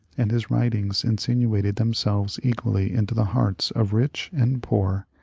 and his writings insinuated themselves equally into the hearts of rich and poor,